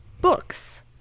books